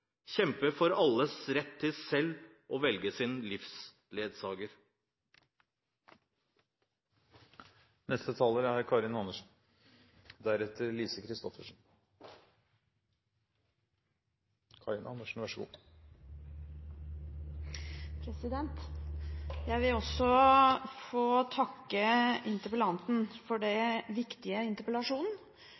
kjempe – kjempe for alles rett til selv å velge sin livsledsager. Jeg vil også få takke interpellanten for denne viktige interpellasjonen